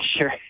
sure